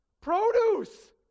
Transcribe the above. Produce